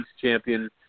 champion